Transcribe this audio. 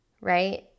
Right